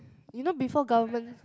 you know before government